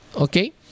okay